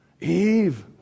Eve